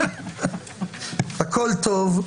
הכל טוב,